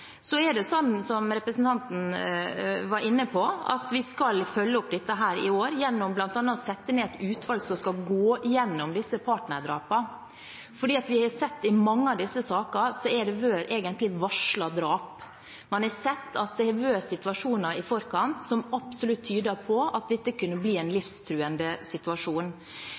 som representanten Andersen var inne på: Vi skal følge opp dette i år, gjennom bl.a. å sette ned et utvalg som skal gå igjennom partnerdrapene, for vi har i mange av disse sakene sett at det egentlig har vært snakk om varslede drap. Man har sett at det har vært situasjoner i forkant som absolutt har tydet på at dette kunne bli en livstruende situasjon.